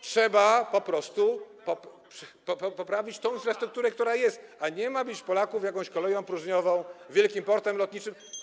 Trzeba po prostu poprawić tę infrastrukturę, która jest, a nie mamić Polaków jakąś koleją próżniową, wielkim portem lotniczym.